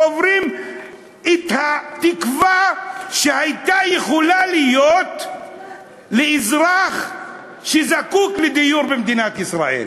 קוברים את התקווה שהייתה יכולה להיות לאזרח שזקוק לדיור במדינת ישראל.